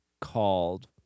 called